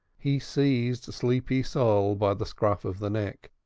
he seized sleepy sol by the scruff of the neck.